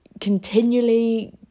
continually